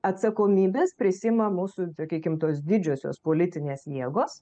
atsakomybės prisiima mūsų sakykim tos didžiosios politinės jėgos